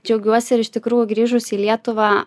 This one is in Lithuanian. džiaugiuosi ir iš tikrųjų grįžus į lietuvą